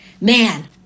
man